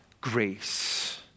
grace